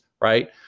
right